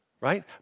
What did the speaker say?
right